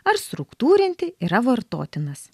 ar struktūrinti yra vartotinas